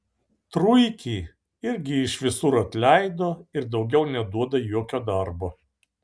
truikį irgi iš visur atleido ir daugiau neduoda jokio darbo